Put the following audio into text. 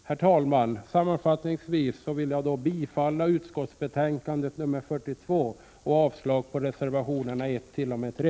Herr talman! Sammanfattningsvis vill jag yrka bifall till utskottets hemställan och avslag på reservationerna 1-3.